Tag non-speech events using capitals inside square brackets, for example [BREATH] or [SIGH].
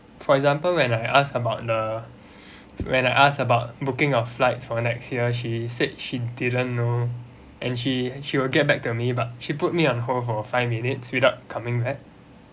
for example when I asked about the [BREATH] when I asked about booking of flights for the next year she said she didn't know and she she will get back to me but she put me on hold for five minutes without coming back